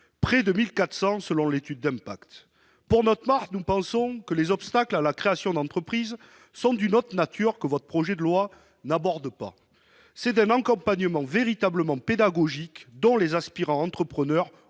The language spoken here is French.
près de 1 400 selon l'étude d'impact. Pour notre part, nous pensons que les obstacles à la création d'entreprise sont d'une autre nature, que votre projet de loi n'aborde pas. C'est d'un accompagnement véritablement pédagogique dont les aspirants entrepreneurs